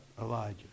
Elijah